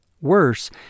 Worse